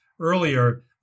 earlier